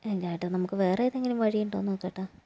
എന്റെ ഏട്ടാ നമുക്ക് വേറെ ഏതെങ്കിലും വഴി ഉണ്ടോ എന്ന് നോക്കൂ ഏട്ടാ